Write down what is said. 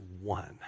one